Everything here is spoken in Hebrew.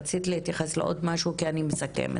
רצית להתייחס לעוד משהו כי אני מסכמת.